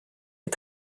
est